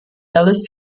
elles